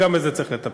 וגם בזה צריך לטפל.